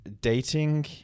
dating